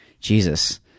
Jesus